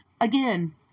again